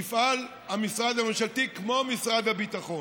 יפעל המשרד הממשלתי כמו משרד הביטחון.